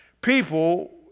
People